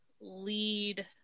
lead